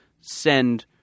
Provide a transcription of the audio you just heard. send